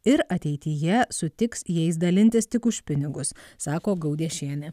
ir ateityje sutiks jais dalintis tik už pinigus sako gaudiešienė